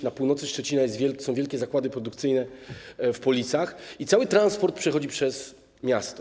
Na północy Szczecina są wielkie zakłady produkcyjne w Policach i cały transport przechodzi przez miasto.